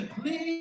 please